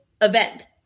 event